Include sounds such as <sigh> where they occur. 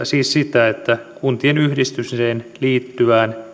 <unintelligible> siis sitä että kuntien yhdistymiseen liittyvään